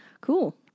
Cool